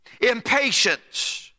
Impatience